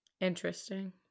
Interesting